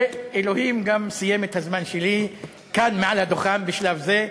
ואלוהים גם סיים את הזמן שלי כאן מעל הדוכן בשלב זה.